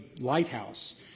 lighthouse